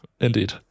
indeed